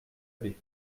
baie